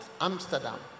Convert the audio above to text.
Amsterdam